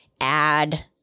add